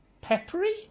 peppery